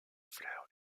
fleurs